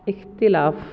इख़्तिलाफ़